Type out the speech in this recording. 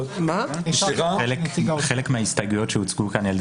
חלק מההסתייגויות שהוצגו כאן על ידי